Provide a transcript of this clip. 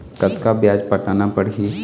कतका ब्याज पटाना पड़ही?